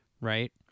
right